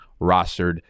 rostered